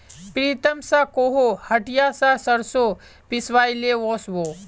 प्रीतम स कोहो हटिया स सरसों पिसवइ ले वस बो